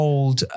Old